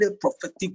prophetic